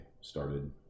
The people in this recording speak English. started